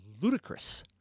ludicrous